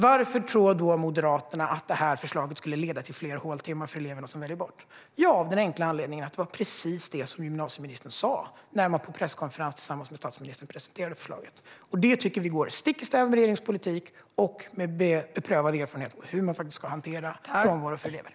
Varför tror Moderaterna att det här förslaget skulle leda till fler håltimmar för eleverna som väljer bort? Jo, av den enkla anledningen att det var precis det som gymnasieministern sa när man på presskonferensen tillsammans med statsministern presenterade förslaget. Det går stick i stäv med regeringens politik och med beprövad erfarenhet av hur man ska hantera elevers frånvaro.